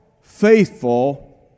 faithful